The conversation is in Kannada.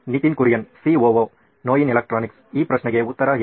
ನಿತಿನ್ ಕುರಿಯನ್ ಸಿಒಒ ನೋಯಿನ್ ಎಲೆಕ್ಟ್ರಾನಿಕ್ಸ್ ಈ ಪ್ರಶ್ನೆಗೆ ಉತ್ತರ ಎನು